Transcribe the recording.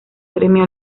premio